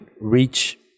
reach